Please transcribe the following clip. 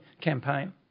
campaign